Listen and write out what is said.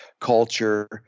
culture